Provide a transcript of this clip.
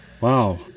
Wow